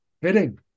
hitting